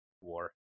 war